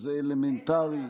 וזה אלמנטרי,